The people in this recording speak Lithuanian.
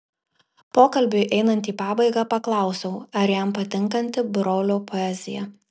pokalbiui einant į pabaigą paklausiau ar jam patinkanti brolio poezija